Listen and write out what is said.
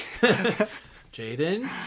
Jaden